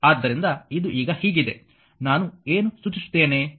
ಆದ್ದರಿಂದ ಇದು ಈಗ ಹೀಗಿದೆ ನಾನು ಏನು ಸೂಚಿಸುತ್ತೇನೆ